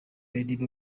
edible